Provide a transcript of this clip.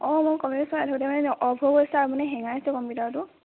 অঁ মই কম্পিউটাৰটো চলাই থাকোঁতে মানে অ'ফ হৈ গৈছে আৰু মানে হেঙাইছেও কম্পিউটাৰটো